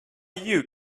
you